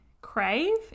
crave